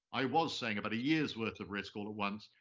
i was saying about a year's worth of risk all at once.